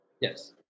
Yes